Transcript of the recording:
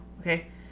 okay